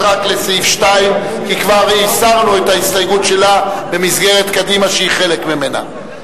המסחר והתעסוקה (שילוב מוגבלים בשוק העבודה),